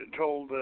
told